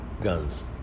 guns